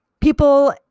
people